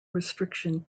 restriction